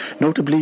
notably